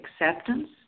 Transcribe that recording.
acceptance